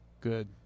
good